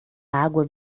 água